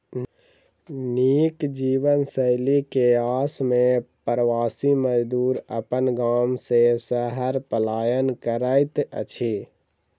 नीक जीवनशैली के आस में प्रवासी मजदूर अपन गाम से शहर पलायन करैत अछि